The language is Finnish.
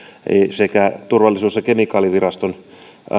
sekä turvallisuus ja kemikaaliviraston